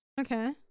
okay